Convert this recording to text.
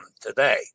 today